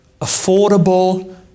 affordable